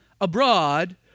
abroad